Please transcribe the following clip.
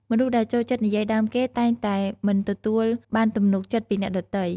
មនុស្សដែលចូលចិត្តនិយាយដើមគេ តែងតែមិនទទួលបានទំនុកចិត្តពីអ្នកដទៃ។